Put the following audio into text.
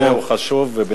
כי הנושא הוא חשוב ובנפשנו,